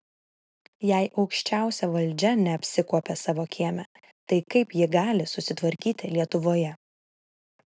jei aukščiausia valdžia neapsikuopia savo kieme tai kaip ji gali susitvarkyti lietuvoje